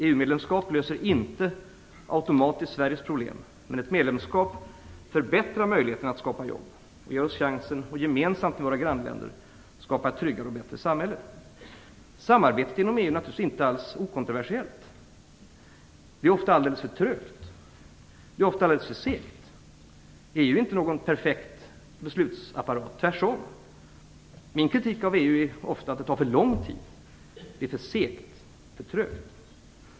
EU-medlemskap löser inte automatiskt Sveriges problem, men ett medlemskap förbättrar möjligheterna att skapa jobb. Det ger oss chansen att gemensamt med våra grannländer skapa tryggare och bättre samhällen. Samarbetet inom EU är naturligtvis inte alls okontroversiellt. Det är ofta alldeles för trögt, rätt så segt. EU är inte någon perfekt beslutsapparat, tvärtom. Min kritik av EU är ofta att allt tar för lång tid, det är litet segt och trögt.